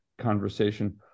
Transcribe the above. conversation